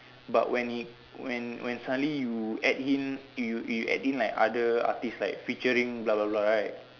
but when it when when suddenly you add in you you add in like other artist like featuring blah blah blah right